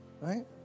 Right